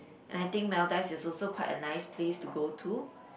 and I think Maldives is also quite a nice place to go to